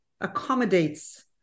accommodates